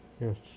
Yes